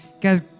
guys